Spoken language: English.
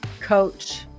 coach